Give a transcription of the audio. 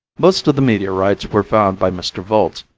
most of the meteorites were found by mr. volz,